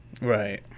Right